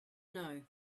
know